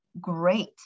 Great